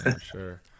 Sure